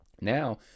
now—